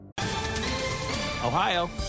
Ohio